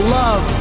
love